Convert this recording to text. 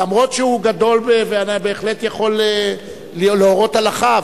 אף-על-פי שהוא גדול ובהחלט יכול להורות הלכה.